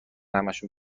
همشون